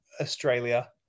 Australia